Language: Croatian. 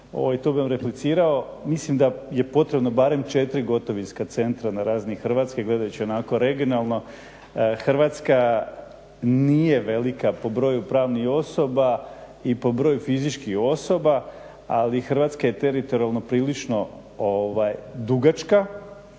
to bih vam replicirao, mislim da je potrebno barem četiri gotovinska centra na razini Hrvatske gledajući onako regionalno. Hrvatska nije velika po broju pravnih osoba i po broju fizičkih osoba ali Hrvatska je teritorijalno prilično dugačka